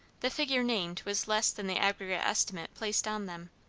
the figure named was less than the aggregate estimate placed on them.